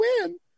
win